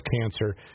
cancer